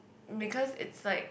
because it's like